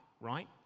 right